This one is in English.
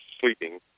sleeping